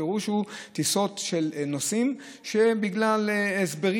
הפירוש הוא טיסות של נוסעים שבגלל הסברים,